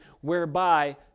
whereby